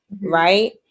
Right